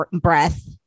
breath